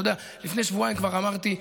אתה יודע, לפני שבועיים כבר אמרתי,